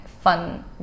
fun